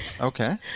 Okay